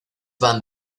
van